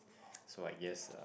so I guess